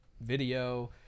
video